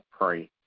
pray